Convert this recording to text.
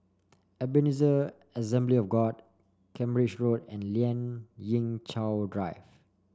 Ebenezer Assembly of God Cambridge Road and Lien Ying Chow Drive